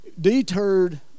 Deterred